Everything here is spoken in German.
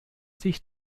sich